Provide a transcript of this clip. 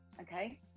okay